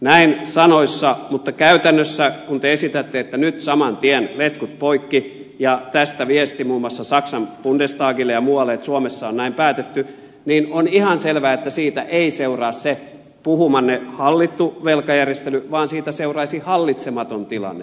näin sanoissa mutta käytännössä kun te esitätte että nyt saman tien letkut poikki ja tästä viesti muun muassa saksan bundestagille ja muualle että suomessa on näin päätetty on ihan selvää että siitä ei seuraa se puhumanne hallittu velkajärjestely vaan siitä seuraisi hallitsematon tilanne